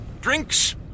Drinks